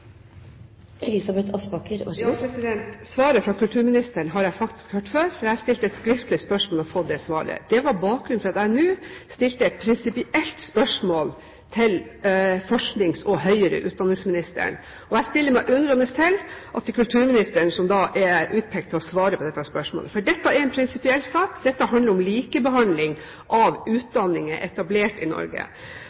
Svaret fra kulturministeren har jeg faktisk hørt før, for jeg stilte et skriftlig spørsmål og fikk dette svaret. Det var bakgrunnen for at jeg nå stilte et prinsipielt spørsmål til forsknings- og høyere utdanningsministeren. Jeg stiller meg undrende til at det er kulturministeren som er utpekt til å svare på dette spørsmålet, for dette er en prinsipiell sak, dette handler om likebehandling av